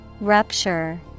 Rupture